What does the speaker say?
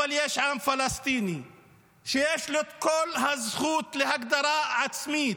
אבל יש עם פלסטיני שיש לו את כל הזכות להגדרה עצמית,